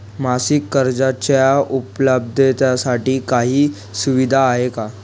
मासिक कर्जाच्या उपलब्धतेसाठी काही सुविधा आहे का?